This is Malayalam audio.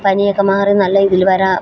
പനിയൊക്കെ മാറി നല്ല ഇതിൽ വരാ വരും